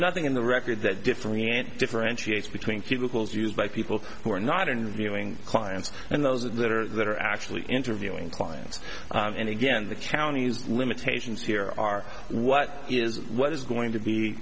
nothing in the record that differing and differentiates between cubicles used by people who are not interviewing clients and those that are that are actually interviewing clients and again the county's limitations here are what is what is going to be